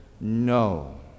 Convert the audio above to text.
no